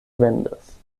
vendas